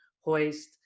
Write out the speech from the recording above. hoist